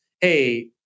Hey